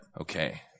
Okay